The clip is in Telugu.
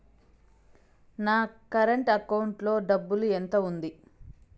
నా కరెంట్ అకౌంటు లో డబ్బులు ఎంత ఉంది?